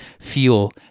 fuel